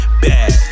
Bad